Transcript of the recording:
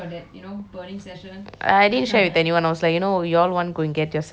I didn't share with anyone I was like you know you all want go and get yourself I'm dying here